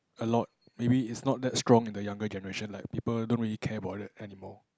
a lot maybe it's not that strong in the younger generation like people don't really care about that anymore